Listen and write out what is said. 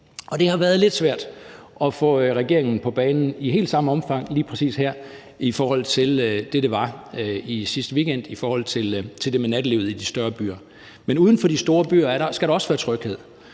det har været lidt svært at få regeringen på banen i helt samme omfang lige præcis her i forhold til det, der kom sidste weekend, om nattelivet i de større byer. Men uden for de store byer skal der også være tryghed,